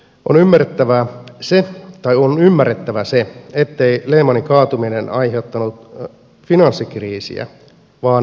on ymmärrettävä se ettei lehmanin kaatuminen aiheuttanut finanssikriisiä vaan laukaisi sen